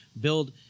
Build